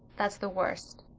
that's the worst.